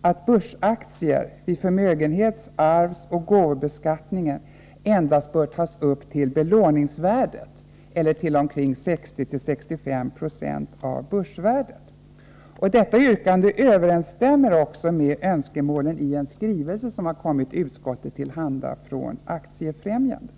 att börsaktier vid förmögenhets-, arvsoch gåvbeskattningen endast tas upp till belåningsvärdet eller till omkring 60-65 90 av börsvärdet. Detta yrkande överensstämmer också med önskemålen i en skrivelse som kommit utskottet till handa från Aktiefrämjandet.